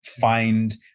find